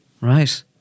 Right